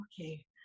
Okay